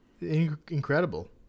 incredible